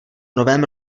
novém